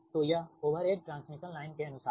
तो यह overhead transmission line के अनुसार है